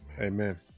Amen